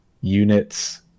units